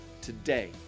Today